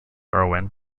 irwin